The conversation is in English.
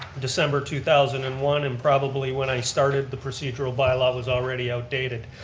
december two thousand and one and probably when i started the procedural bylaw was already outdated.